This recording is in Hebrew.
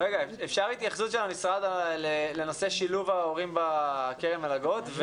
אפשר התייחסות של המשרד לנושא של שילוב ההורים בקרן מלגות?